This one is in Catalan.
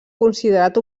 considerat